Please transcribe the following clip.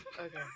Okay